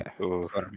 Okay